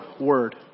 word